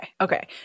okay